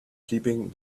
keeping